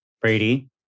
Brady